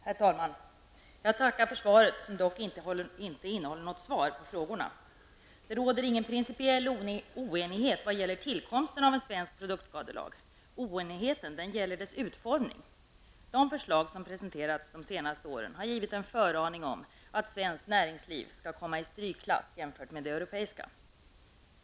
Herr talman! Jag tackar för svaret som dock inte utgör något egentligt svar på frågorna. Det råder ingen principiell oenighet i vad gäller tillkomsten av en svensk produktskadelag. Oenigheten gäller dess utformning. De förslag som presenterats de senaste åren har givit en föraning om att svenskt näringsliv skall komma i strykklass jämfört med de näringslivet i andra europeiska länder.